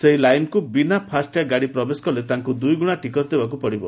ସେହି ଲାଇନ୍କୁ ବିନା ଫାସ୍ଟ୍ୟାଗ୍ ଗାଡ଼ି ପ୍ରବେଶ କଲେ ତାଙ୍କୁ ଦୁଇଗୁଶା ଟିକସ ଦେବାକୁ ପଡିବ